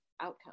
outcome